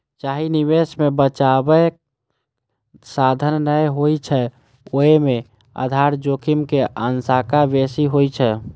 जाहि निवेश मे बचावक साधन नै होइ छै, ओय मे आधार जोखिम के आशंका बेसी होइ छै